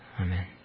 Amen